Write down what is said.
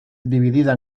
dividida